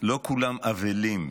שלא כולם אבלים,